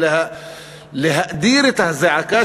להאדיר את הזעקה,